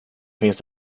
finns